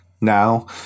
now